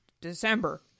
December